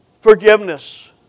forgiveness